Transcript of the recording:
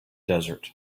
desert